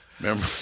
Remember